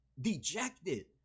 dejected